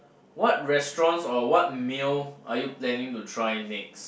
what restaurants or what meal are you planning to try next